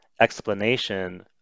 explanation